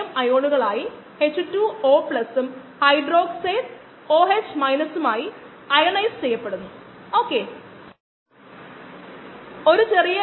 NMR nuclear magnetic resonance spectroscopy EPR electron paramagnetic resonance spectroscopy എന്നിവയെല്ലാം ഉപയോഗിക്കാം